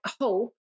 hope